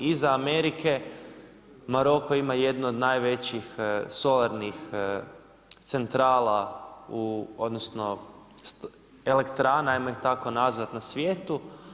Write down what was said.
Iza Amerike Maroko ima jednu od najvećih solarnih centrala, odnosno elektrana hajmo ih tako nazvat na svijetu.